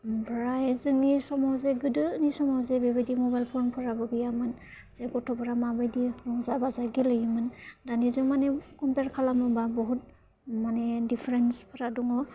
ओमफ्राय जोंनि समाव जे गोदोनि समाव जे बेबायदि मबाइल फनफोराबो गैयामोन जे गथ'फ्रा माबायदि रंजा बाजा गेलेयोमोन दानिजों मानि कम्पेयार खालामोबा बुहुत माने डिफारेन्सफ्रा दङ